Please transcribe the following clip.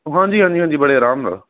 ਓ ਹਾਂਜੀ ਹਾਂਜੀ ਹਾਂਜੀ ਬੜੇ ਆਰਾਮ ਨਾਲ